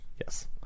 Yes